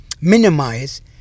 minimize